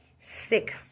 sick